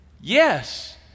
Yes